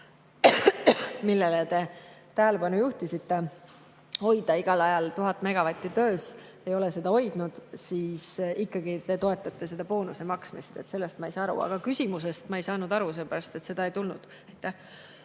millele te tähelepanu juhtisite, hoida igal ajal 1000 megavatti töös. Nad ei ole seda hoidnud, aga ikkagi te toetate seda boonuse maksmist. Sellest ma ei saa aru. Aga küsimusest ma ei saanud aru, sellepärast et seda ei tulnud.